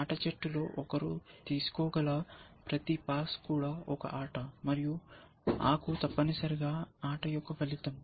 ఆట చెట్టులో ఒకరు తీసుకోగల ప్రతి పాస్ కూడా ఒక ఆట మరియు ఆకు తప్పనిసరిగా ఆట యొక్క ఫలితం